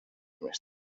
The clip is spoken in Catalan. més